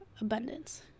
abundance